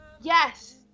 Yes